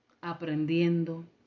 Aprendiendo